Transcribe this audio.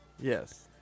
Yes